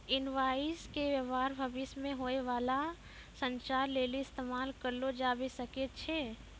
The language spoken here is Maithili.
इनवॉइस के व्य्वहार भविष्य मे होय बाला संचार लेली इस्तेमाल करलो जाबै सकै छै